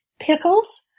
pickles